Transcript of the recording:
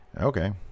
Okay